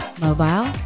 mobile